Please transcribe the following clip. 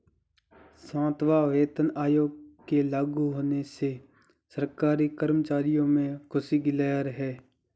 सातवां वेतन आयोग के लागू होने से सरकारी कर्मचारियों में ख़ुशी की लहर है